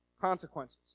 consequences